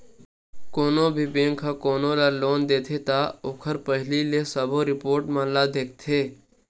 कोनो भी बेंक ह कोनो ल लोन देथे त ओखर पहिली के सबो रिपोट मन ल देखथे